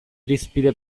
irizpide